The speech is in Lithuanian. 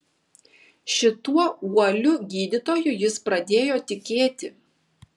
šituo uoliu gydytoju jis pradėjo tikėti